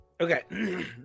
Okay